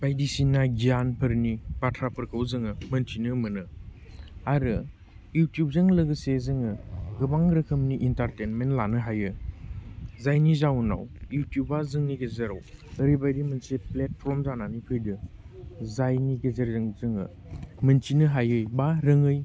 बायदिसिना गियानफोरनि बाथ्राफोरखौ जोङो मोन्थिनो मोनो आरो इउटुबजों लोगोसे जोङो गोबां रोखोमनि एन्टारटेनमेन्ट लानो हायो जायनि जाउनाव इउटुबा जोंनि गेजेराव ओरैबायदि मोनसे प्लेटफर्म जानानै फैदों जायनि गेजेरजों जोङो मोनथिनो हायै बा रोङै